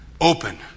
open